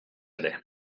ere